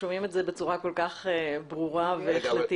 שומעים את זה בצורה כל כך ברורה והחלטית.